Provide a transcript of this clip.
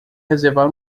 reservar